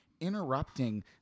interrupting